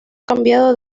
cambiado